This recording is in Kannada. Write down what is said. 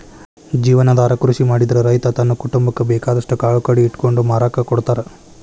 ಜೇವನಾಧಾರ ಕೃಷಿ ಮಾಡಿದ್ರ ರೈತ ತನ್ನ ಕುಟುಂಬಕ್ಕ ಬೇಕಾದಷ್ಟ್ ಕಾಳು ಕಡಿ ಇಟ್ಕೊಂಡು ಮಾರಾಕ ಕೊಡ್ತಾರ